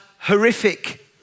Horrific